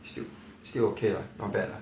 still still okay lah not bad lah